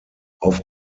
auf